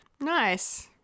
Nice